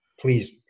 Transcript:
please